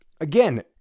again